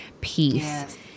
peace